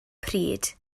pryd